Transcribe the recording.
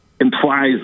implies